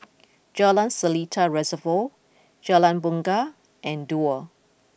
Jalan Seletar Reservoir Jalan Bungar and Duo